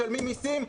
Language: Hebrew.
משלמים מיסים,